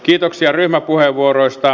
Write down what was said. kiitoksia ryhmäpuheenvuoroista